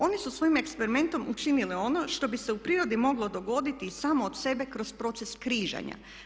Oni su svojim eksperimentom učinili ono što bi se u prirodi moglo dogoditi i samo od sebe kroz proces križanja.